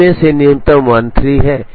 इनमें से न्यूनतम 13 है